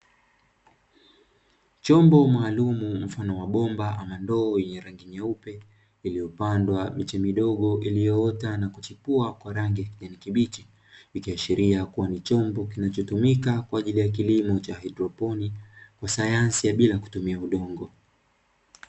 Chombo maalumu mfano wa bomba ama ndoo yenye rangi nyeupe iliyopandwa miche midogo iliyoota na kuchipua kwa rangi ya kijani kibichi, ikiashiria kuwa ni chombo kinachotuka kwa ajili ya kilimo cha haidroponi ya sayansi bila kutumia udongo.